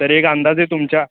तरी एक अंदाजे तुमच्या